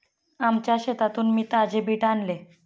आमच्या शेतातून मी ताजे बीट आणले आहे